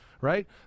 Right